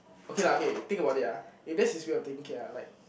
okay lah okay think about it ah if this is way of thinking ah like